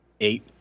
eight